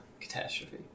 catastrophe